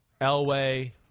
Elway